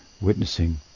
witnessing